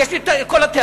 אני יש לי את כל התארים,